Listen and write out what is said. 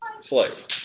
slave